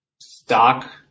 stock